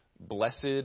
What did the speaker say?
Blessed